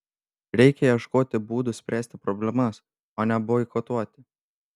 reikia ieškoti būdų spręsti problemas o ne boikotuoti